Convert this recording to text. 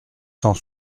cent